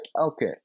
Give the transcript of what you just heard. Okay